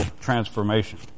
transformation